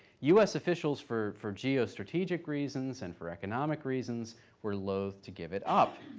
u s. officials for for geo-strategic reasons and for economic reasons were loath to give it up.